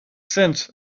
sense